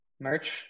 Merch